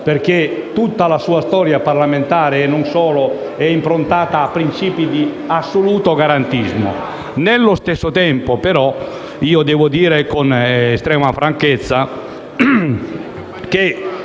perché tutta la sua storia parlamentare, e non solo, è improntata a principi di assoluto garantismo. Nello stesso tempo, però, devo dire con estrema franchezza che